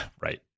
Right